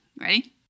ready